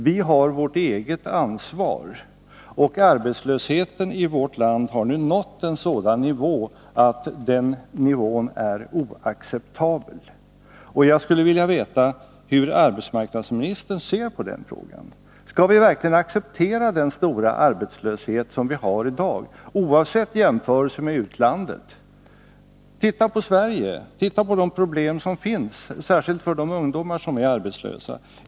Vi har vårt eget ansvar, och arbetslösheten i vårt land har nu nått en sådan nivå att den nivån är oacceptabel. Jag skulle vilja veta hur arbetsmarknadsministern ser på den frågan. Skall vi verkligen acceptera den stora arbetslöshet vi har i dag, oavsett jämförelser med utlandet? Titta på Sverige, titta på de problem som finns — särskilt för de ungdomar som är arbetslösa!